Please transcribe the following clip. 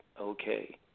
Okay